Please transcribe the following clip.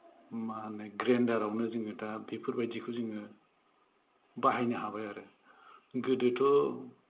मा होनो ग्रेन्दार आवनो जोङो दा बेफोरबायदिखौ जोङो बाहायनो हाबाय आरो गोदोथ'